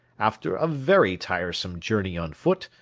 after a very tiresome journey on foot,